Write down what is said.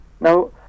Now